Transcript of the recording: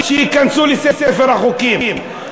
שייכנסו לספר החוקים,